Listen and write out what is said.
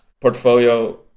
portfolio